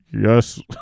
Yes